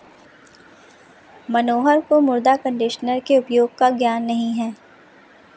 मनोहर को मृदा कंडीशनर के उपयोग का ज्ञान नहीं है